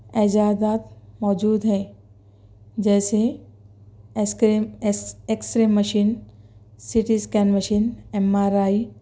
ایجادات موجود ہیں جیسے ایس X ray machine C T scan machine M R آئی